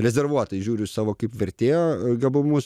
rezervuotai žiūriu į savo kaip vertėjo gabumus